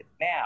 now